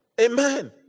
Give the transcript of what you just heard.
Amen